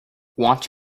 watch